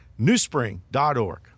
newspring.org